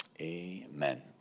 Amen